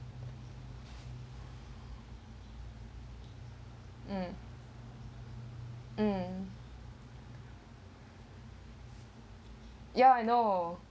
mm mm ya I know